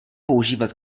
používat